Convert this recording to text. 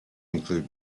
include